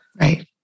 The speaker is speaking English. Right